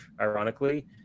ironically